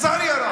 לצערי הרב.